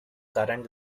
current